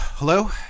Hello